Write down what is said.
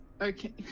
okay